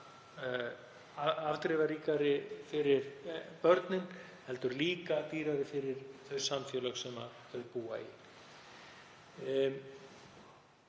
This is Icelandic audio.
afdrifaríkari fyrir börnin heldur líka dýrari fyrir þau samfélög sem þau búa í.